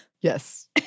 Yes